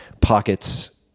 pockets